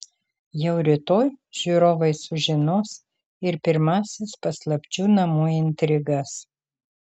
jau rytoj žiūrovai sužinos ir pirmąsias paslapčių namų intrigas